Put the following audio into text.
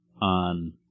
on